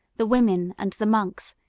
the women, and the monks,